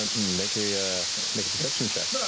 ah make a ah make a perception check. yeah